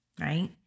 right